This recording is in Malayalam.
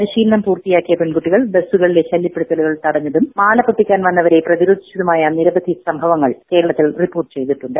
പരിശീലനം പൂർത്തിയാക്കിയ പെൺകുട്ടികൾ ബസുകളിലെ ശല്യപ്പെടുത്തലുകൾ തടഞ്ഞതും മാലപൊട്ടിക്കാൻ വന്നവരെ പ്രതിരോധിച്ചതുമായ നിരവധി സംഭവങ്ങൾ കേരളത്തിൽ റിപ്പോർട്ട് ചെയ്തിട്ടുണ്ട്